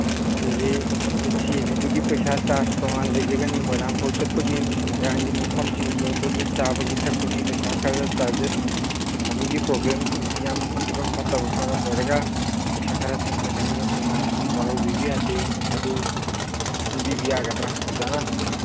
ꯑꯗꯨꯗꯤ ꯖꯤꯞꯁꯤ ꯑꯅꯤꯗꯨꯒꯤ ꯄꯩꯁꯥ ꯆꯥꯔꯖ ꯇꯣꯉꯥꯟꯅ ꯂꯩꯖꯒꯅꯤ ꯃꯣꯏꯔꯥꯡ ꯐꯥꯎꯕ ꯆꯠꯄꯒꯤ ꯃꯣꯏꯔꯥꯡꯒꯤ ꯃꯐꯝꯁꯤꯡ ꯌꯦꯡꯕꯒꯤ ꯆꯥꯕꯒꯤ ꯊꯛꯄꯒꯤ ꯄꯩꯁꯥ ꯈꯔꯖ ꯆꯥꯔꯖꯦꯁ ꯃꯅꯤꯒꯤ ꯄ꯭ꯔꯣꯕ꯭ꯂꯦꯝ ꯍꯧꯖꯤꯛ ꯌꯥꯝ ꯐꯤꯕꯝ ꯐꯠꯇꯕ ꯃꯔꯝ ꯑꯣꯏꯔꯒ ꯄꯩꯁꯥ ꯈꯔ ꯆꯪꯖꯒꯅꯤ ꯑꯗꯨꯅ ꯋꯥꯔꯧꯕꯤꯕ ꯌꯥꯗꯦ ꯑꯗꯨ ꯁꯤꯟꯕꯤꯕ ꯌꯥꯒꯗ꯭ꯔꯥ ꯑꯣꯖꯥꯅ